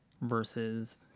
versus